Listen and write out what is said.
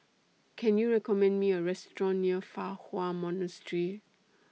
Can YOU recommend Me A Restaurant near Fa Hua Monastery